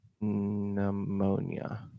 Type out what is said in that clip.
pneumonia